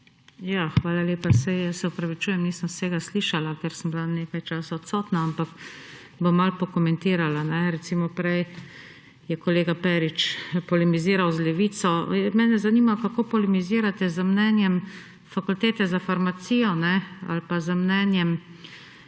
Hvala lepa. Jaz se opravičujem, nisem vsega slišala, ker sem bila nekaj časa odsotna, ampak bom malo pokomentirala. Recimo, prej je kolega Perič polemiziral z Levico. Mene zanima, kako polemizirate z mnenjem Fakultete za farmacijo ali pa z mnenjem